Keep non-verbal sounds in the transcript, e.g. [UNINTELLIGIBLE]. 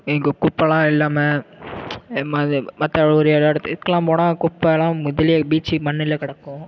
இங்கே குப்பைலாம் இல்லாமல் [UNINTELLIGIBLE] மற்ற ஊர் எல்லா இடத் இதுக்குலாம் போனால் குப்பைலாம் இதிலே பீச்சி மண்ணில் கிடக்கும்